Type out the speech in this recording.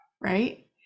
right